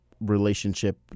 relationship